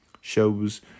shows